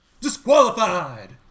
disqualified